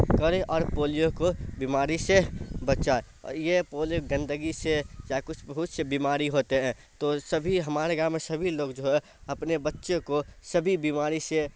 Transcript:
کریں اور پولیو کو بیماری سے بچائیں اور یہ پولیو گندگی سے چاہے کچھ بہت سے بیماری ہوتے ہیں تو سبھی ہمارے گاؤں میں سبھی لوگ جو ہے اپنے بچے کو سبھی بیماری سے